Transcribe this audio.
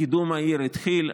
קידום העיר התחיל.